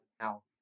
Now